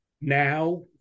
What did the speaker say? now